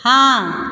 हाँ